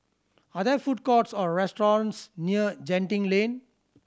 are there food courts or restaurants near Genting Lane